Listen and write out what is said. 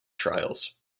trials